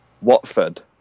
Watford